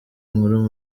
nkuru